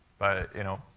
but, you know,